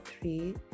three